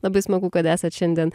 labai smagu kad esat šiandien